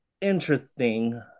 interesting